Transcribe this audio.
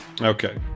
okay